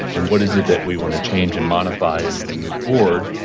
and what is it that we want to change and modify as we move forward?